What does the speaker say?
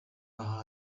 aha